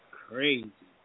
crazy